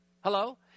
Hello